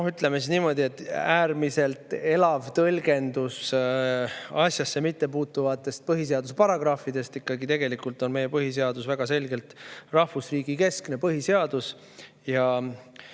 ütleme niimoodi, äärmiselt elav tõlgendus asjasse mittepuutuvatest põhiseaduse paragrahvidest. Tegelikult on meie põhiseadus väga selgelt rahvusriigikeskne põhiseadus ja